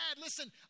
listen